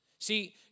See